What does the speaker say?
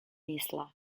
isla